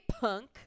punk